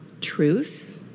truth